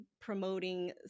promoting